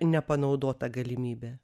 nepanaudota galimybė